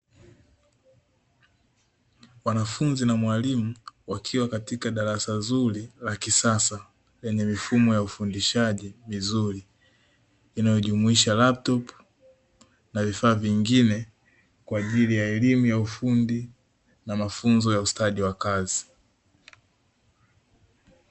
Wanafunzi na mwalimu wakiwa katika darasa zuri la kisasa, lenye mifumo ya ufundishaji mizuri, inayojumuisha laputopu na vifaa vingine kwa ajili ya elimu ya ufundi na mafunzo ya ustadi wa kazi.